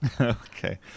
Okay